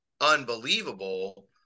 unbelievable